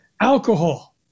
alcohol